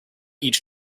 each